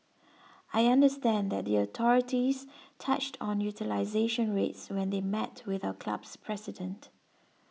I understand that the authorities touched on utilisation rates when they met with our club's president